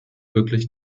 wirklich